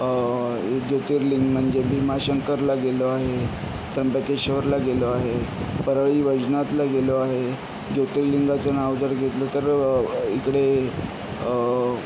ज्योतिर्लिंग म्हणजे भीमाशंकरला गेलो आहे त्र्यंबकेश्वरला गेलो आहे परळी वैजनाथला गेलो आहे ज्योतिर्लिंगाचं नाव जर घेतलं तर इकडे